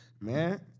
man